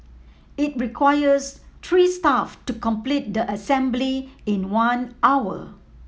it requires three staff to complete the assembly in one hour